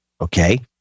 okay